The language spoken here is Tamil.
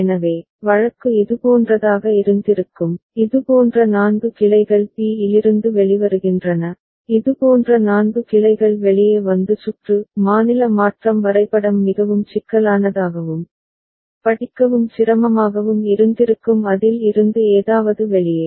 எனவே வழக்கு இதுபோன்றதாக இருந்திருக்கும் இதுபோன்ற நான்கு கிளைகள் b இலிருந்து வெளிவருகின்றன இதுபோன்ற நான்கு கிளைகள் வெளியே வந்து சுற்று மாநில மாற்றம் வரைபடம் மிகவும் சிக்கலானதாகவும் படிக்கவும் சிரமமாகவும் இருந்திருக்கும் அதில் இருந்து ஏதாவது வெளியே